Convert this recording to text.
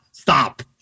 Stop